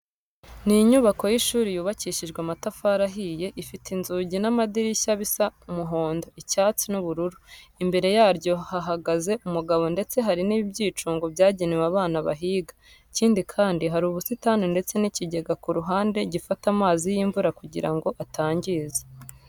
Ni inyubako y'ishuri yubakishijwe amatafari ahiye, ifite inzugi n'amadirishya bisa umuhondo, icyatsi n'ubururu. Imbere yaryo hahagaze umugabo ndetse hari n'ibyicungo byagenewe abana bahiga. Ikindi kandi, hari ubusitani ndetse n'ikigega ku ruhande gifata amazi y'imvura kugira ngo atangiza.